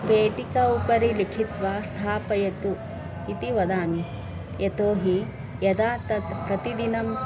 पेटिका उपरि लिखित्वा स्थापयतु इति वदामि यतो हि यदा तत् कतिदिनानि